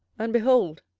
and, behold,